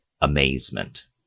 amazement